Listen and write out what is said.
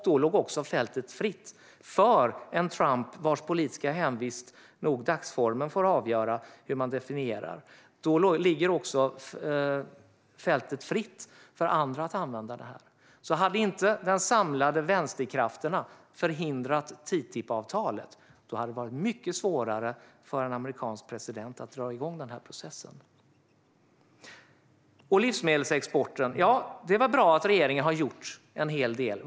Då låg också fältet fritt för en Trump vars politiska hemvist nog dagsformen får avgöra hur man definierar. Då ligger också fältet fritt för andra att använda det här. Hade inte de samlade vänsterkrafterna förhindrat TTIP-avtalet hade det varit mycket svårare för en amerikansk president att dra igång den här processen. Det är bra att regeringen har gjort en hel del för livsmedelsexporten.